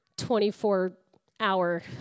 24-hour